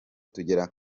tugera